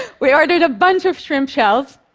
we ordered a bunch of shrimp shells,